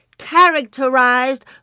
characterized